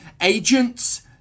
agents